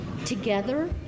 Together